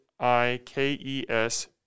I-K-E-S